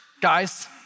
guys